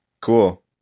Cool